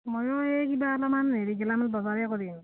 ময়ো এই কিবা অলপমান হেৰি গেলামাল বজাৰেই কৰিম